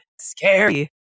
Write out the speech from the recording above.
Scary